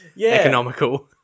Economical